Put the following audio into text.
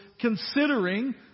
considering